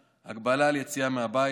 והעיקריות בהן הן ההגבלה על יציאה ממקום